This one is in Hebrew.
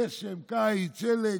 גשם, קיץ, שלג,